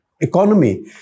economy